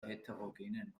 heterogenen